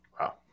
Wow